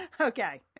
Okay